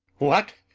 what?